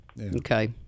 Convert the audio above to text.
Okay